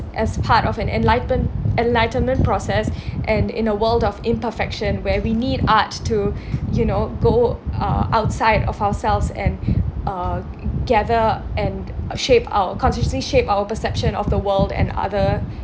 as part of an enlightment enlightenment process and in a world of imperfection where we need arts to you know go uh outside of ourselves and uh gather and shape our consistently shape our perception of the world and other